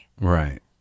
right